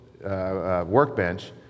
workbench